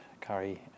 curry